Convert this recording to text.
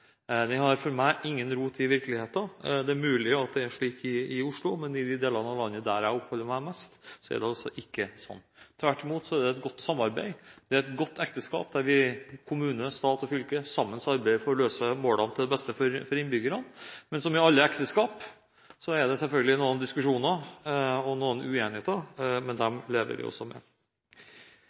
de deler av landet der jeg oppholder meg mest, er det altså ikke sånn. Tvert imot er det et godt samarbeid. Det er et godt ekteskap, der kommune, stat og fylke arbeider sammen for å nå målene til beste for innbyggerne. Som i alle ekteskap er det selvfølgelig noen diskusjoner og noen uenigheter, men dem lever vi også med.